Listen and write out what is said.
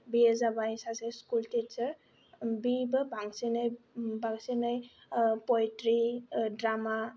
बियो जाबाय सासे स्कुल टिचार बिबो बांसिनै बांसिनै पवेट्रि ड्रामा